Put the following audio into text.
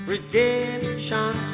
Redemption